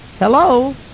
Hello